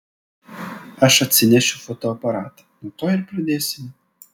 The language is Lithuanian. aš atsinešiu fotoaparatą nuo to ir pradėsime